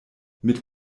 mit